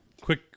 Quick